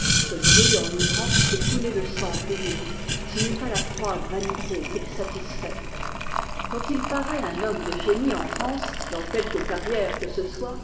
ce bruit enivrant fait couler le sang plus vite ce n'est pas la froide vanité qu'il satisfait quand il paraît un homme de génie en france dans quelque carrière que ce soit